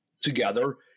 together